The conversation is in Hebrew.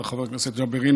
חבר הכנסת ג'בארין,